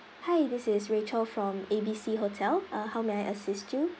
hi this is rachel from A B C hotel uh how may I assist you